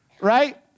right